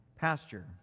pasture